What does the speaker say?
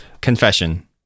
confession